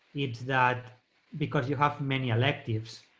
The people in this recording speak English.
is that because you have many electives,